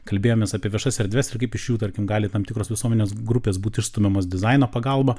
kalbėjomės apie viešas erdves ir kaip iš jų tarkim gali tam tikros visuomenės grupės būti išstumiamos dizaino pagalba